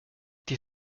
die